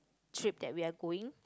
trip that we are going